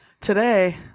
today